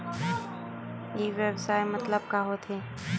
ई व्यवसाय मतलब का होथे?